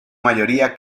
mayoría